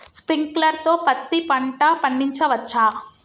Sprinkler తో పత్తి పంట పండించవచ్చా?